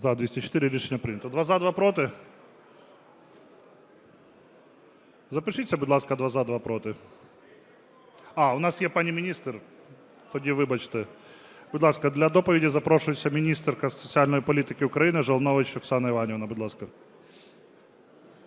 За-204 Рішення прийнято. Два – за, два – проти? Запишіться, будь ласка: два – за, два – проти. А, у нас є пані міністр. Тоді вибачте. Будь ласка, для доповіді запрошується міністерка з соціальної політики України Жолнович Оксана Іванівна. Будь ласка.